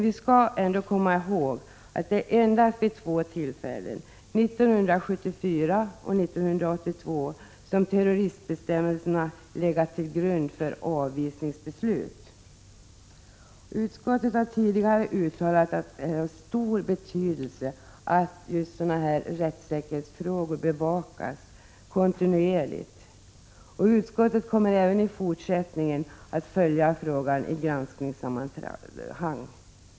Vi skall dock komma ihåg att det är vid endast två tillfällen, 1974 och 1982, som terroristbestämmelserna legat till grund för avvisningsbeslut. Utskottet har tidigare uttalat att det är av stor betydelse att sådana här rättssäkerhetsfrågor bevakas kontinuerligt, och utskottet kommer även i fortsättningen att följa frågan i granskningssammanhang. Fru talman!